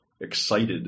excited